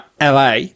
LA